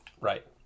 Right